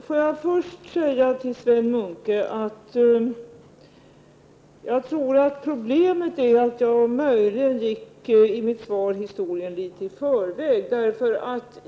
Herr talman! I mitt svar, Sven Munke, gick jag möjligen händelserna litet i förväg.